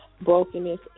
brokenness